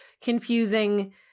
confusing